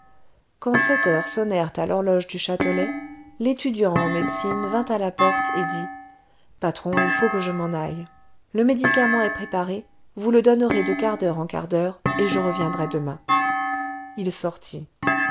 sept heures sonnèrent à l'horloge du châtelet l'étudiant en médecine vint à la porte et dit patron il faut que je m'en aille le médicament est préparé vous le donnerez de quart d'heure en quart d'heure et je reviendrai demain il sortit